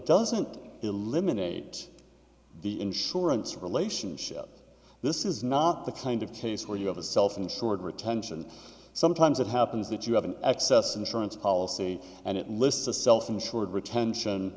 doesn't eliminate the insurance relationship this is not the kind of case where you have a self insured retention sometimes it happens that you have an excess insurance policy and it lists a self insured retention